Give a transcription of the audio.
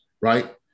Right